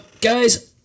Guys